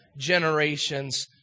generations